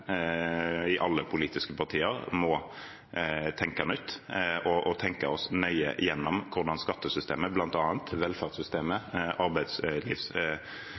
i alle politiske partier, tenke nytt og tenke nøye gjennom hvordan bl.a. skattesystemet, velferdssystemet